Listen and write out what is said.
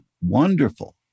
wonderful